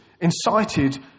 incited